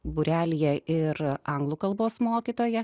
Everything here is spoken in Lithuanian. būrelyje ir anglų kalbos mokytoja